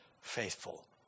faithful